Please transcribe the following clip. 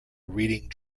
reading